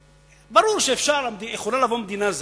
ברור שיכולה לבוא מדינה זרה,